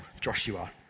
Joshua